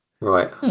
Right